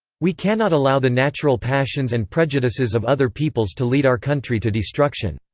we cannot allow the natural passions and prejudices of other peoples to lead our country to destruction.